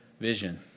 vision